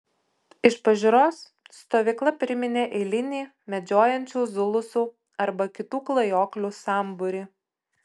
iš pažiūros stovykla priminė eilinį medžiojančių zulusų arba kitų klajoklių sambūrį